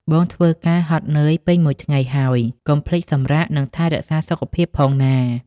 បងធ្វើការហត់នឿយពេញមួយថ្ងៃហើយ កុំភ្លេចសម្រាក និងថែរក្សាសុខភាពផងណា។